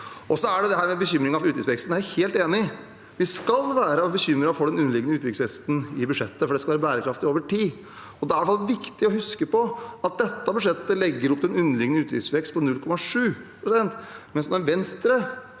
Så er det bekymringen for utgiftsveksten, der er jeg helt enig. Vi skal være bekymret for den underliggende utgiftsveksten i budsjettet, for det skal være bærekraftig over tid. Da er det viktig å huske på at dette budsjettet legger opp til en underliggende utgiftsvekst på 0,7 pst., mens da Venstre